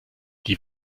die